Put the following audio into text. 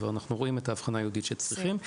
אנחנו כבר רואים את ההבחנה הייעודית שצריכים.